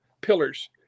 pillars